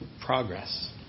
progress